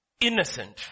innocent